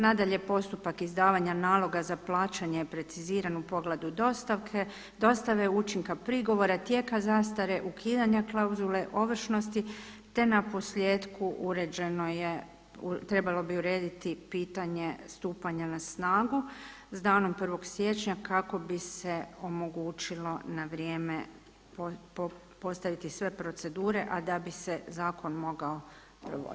Nadalje, postupak izdavanja naloga za plaćanje preciziran u pogledu dostave učinka prigovora, tijeka zastare, ukidanja klauzule ovršnosti, te naposljetku uređeno je, trebalo bi urediti pitanje stupanja na snagu s danom 1. siječnja kako bi se omogućilo na vrijeme postaviti sve procedure, a da bi se zakon mogao provoditi.